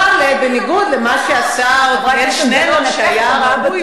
אבל בממשלה זה לא היה ככה.